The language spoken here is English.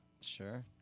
Sure